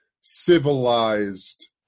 civilized